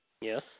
Yes